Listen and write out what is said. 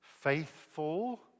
faithful